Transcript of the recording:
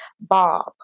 Bob